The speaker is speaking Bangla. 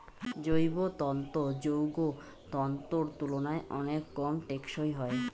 জৈব তন্তু যৌগ তন্তুর তুলনায় অনেক কম টেঁকসই হয়